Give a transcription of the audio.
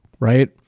right